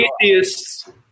Atheists